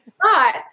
But-